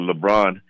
LeBron